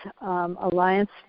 Alliance